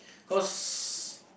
cause